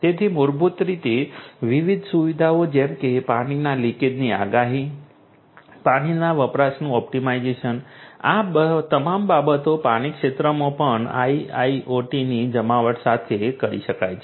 તેથી મૂળભૂત રીતે વિવિધ સુવિધાઓ જેમ કે પાણીના લીકેજની આગાહી પછી પાણીના વપરાશનું ઑપ્ટિમાઇઝેશન આ તમામ બાબતો પાણી ક્ષેત્રમાં પણ IIoTની જમાવટ સાથે કરી શકાય છે